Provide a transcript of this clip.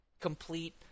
complete